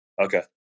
Okay